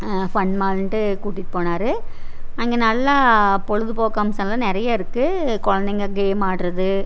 fun மாலுண்ட்டு கூட்டிட்டு போனார் அங்கே நல்லா பொழுது போக்கு அம்சலாம் நிறைய இருக்குது குழந்தைங்க கேம் ஆடுறது